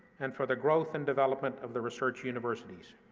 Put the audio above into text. and for the growth and development of the research universities.